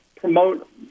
Promote